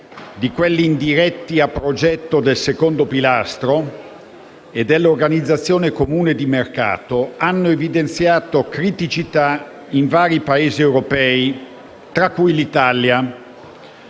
di quelli indiretti a progetto del secondo pilastro e dell'organizzazione comune di mercato hanno evidenziato criticità in vari Paesi europei, tra cui l'Italia.